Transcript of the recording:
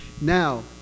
Now